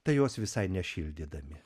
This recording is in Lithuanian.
tai jos visai nešildydami